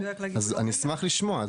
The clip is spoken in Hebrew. אשמח לשמוע.